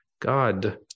God